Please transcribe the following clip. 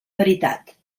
veritat